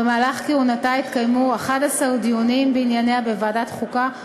במהלך כהונתה התקיימו 11 דיונים בענייניה בוועדת החוקה,